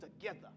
together